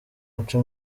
muco